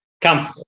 come